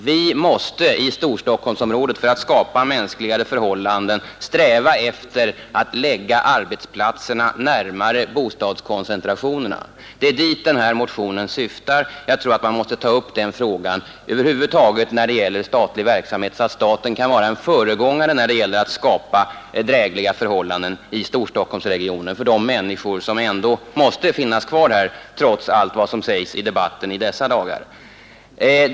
Vi måste i Storstockholmsområdet, för att skapa mänskligare förhållanden, sträva efter att lägga arbetsplatserna närmare bostadskoncentrationerna. Det är vad motionen syftar till. Jag tror man måste ta upp den frågan över huvud taget beträffande statlig verksamhet, så att staten kan vara en föregångare när det gäller att bidra till drägliga förhållanden i Storstockholmsregionen för de människor som ändå måste finnas kvar här, trots allt vad som sägs i debatten i dessa dagar.